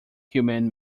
humane